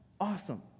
Awesome